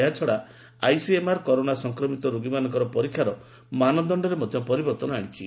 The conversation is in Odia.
ଏହାଛଡ଼ା ଆଇସିଏମ୍ଆର୍ କରୋନା ସଂକ୍ରମିତ ରୋଗୀମାନଙ୍କ ପରୀକ୍ଷାର ମାନଦଣ୍ଡରେ ମଧ୍ୟ ପରିବର୍ତ୍ତନ କରିଛି